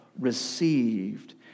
received